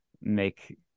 make